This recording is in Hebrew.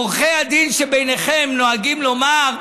עורכי הדין שביניכם נוהגים לומר: